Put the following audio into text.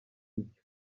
icyo